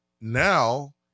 now